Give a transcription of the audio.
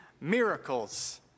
miracles